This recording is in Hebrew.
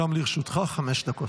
בבקשה, גם לרשותך חמש דקות.